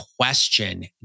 question